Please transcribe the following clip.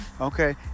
okay